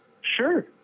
Sure